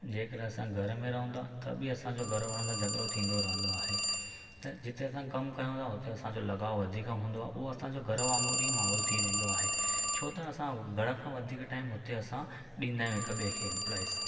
जंहिं करे असां घर में रहूं था त बि असांजो घर वारनि सां झगड़ो थींदो रहंदो आहे त जिते असां कमु कयूं था हुते असांजो लॻाव वधीक हूंदो आहे उहो असांजो घर वांॻुरु ई माहौल थी वेंदो आहे छो त असां घर खां वधीक टाइम हुते असां ॾींदा आहियूं हिक ॿिए खे एम्प्लॉइस